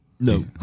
No